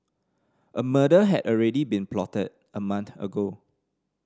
a murder had already been plotted a month ago